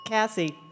Cassie